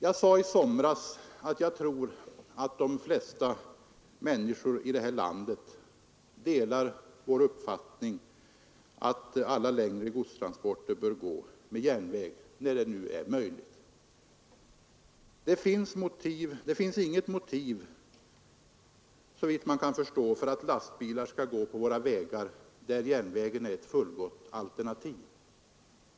Jag sade i somras att jag trodde att de flesta Onsdagen den människor i detta land delar vår uppfattning, ått alla längre godstrans 29 november 1972 Porter bör gå med järnväg när så är möjligt. Det finns, såvitt man kan ——- förstå, inget motiv för att lastbilar skall rulla på våra vägar, när järnvägen Den statliga trafikär ett fullgott alternativ.